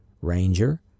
Ranger